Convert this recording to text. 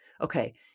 okay